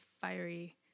fiery